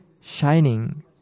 shining